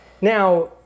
now